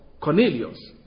Cornelius